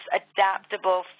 adaptable